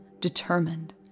determined